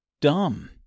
dumb